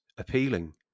appealing